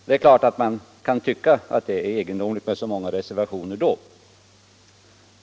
Det kan ju på då förefalla egendomligt med så många reservationer.